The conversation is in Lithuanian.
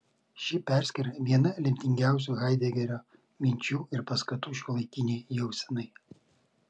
ši perskyra viena lemtingiausių haidegerio minčių ir paskatų šiuolaikinei jausenai